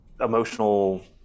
emotional